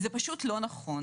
זה פשוט לא נכון.